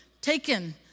taken